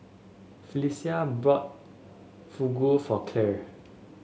Phylicia bought Fugu for Clare